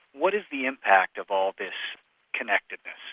what is the impact of all this connectedness?